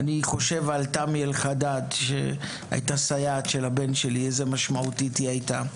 תמי אלחדד הייתה סייעת של הבן שלי - כמה משמעותית היא הייתה,